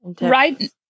Right